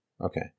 okay